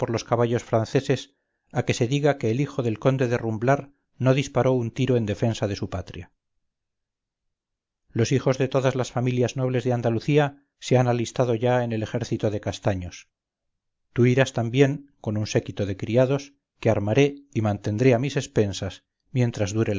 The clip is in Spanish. los caballos franceses a que se diga que el hijo del conde de rumblar no disparó un tiro en defensa de su patria los hijos de todas las familias nobles de andalucía se han alistado ya en el ejército de castaños tú irás también con un séquito de criados que armaré y mantendré a mis expensas mientras dure